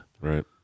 Right